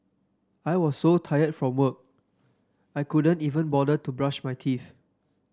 I was so tired from work I could not even bother to brush my teeth